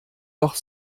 doch